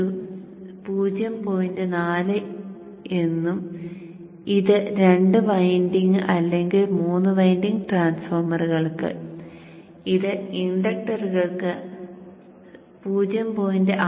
4 എന്നും ഇത് രണ്ട് വൈൻഡിംഗ് അല്ലെങ്കിൽ മൂന്ന് വൈൻഡിംഗ് ട്രാൻസ്ഫോർമറുകൾക്ക് ഇത് ഇൻഡക്ടറുകൾക്ക് 0